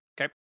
Okay